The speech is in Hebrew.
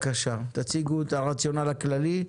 תציגו את הרציונל הכללי,